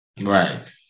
Right